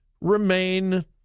remain